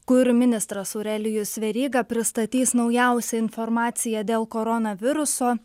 kur ministras aurelijus veryga pristatys naujausią informaciją dėl koronaviruso